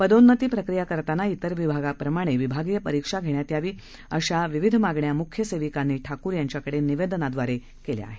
पदोन्नती प्रक्रिया करताना इतर विभागाप्रमाणे विभागीय परिक्षा घेण्यात यावी अशा विविध मागण्या मुख्य सेविकांनी ठाकूर यांच्याकडे निवेदनाद्वारे केल्या आहेत